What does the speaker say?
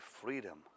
freedom